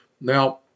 Now